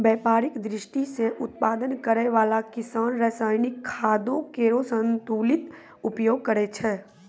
व्यापारिक दृष्टि सें उत्पादन करै वाला किसान रासायनिक खादो केरो संतुलित उपयोग करै छै